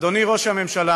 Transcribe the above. אדוני ראש הממשלה,